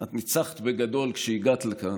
את ניצחת בגדול כשהגעת לכאן,